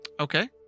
Okay